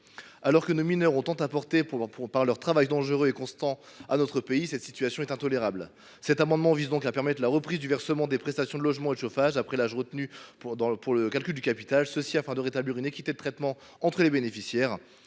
Alors que nos mineurs ont tant apporté à notre pays par leur travail dangereux et constant, cette situation est intolérable. Cet amendement vise donc à permettre la reprise du versement des prestations de logement et de chauffage après l’âge retenu pour le calcul du capital, afin de rétablir une équité de traitement entre les bénéficiaires.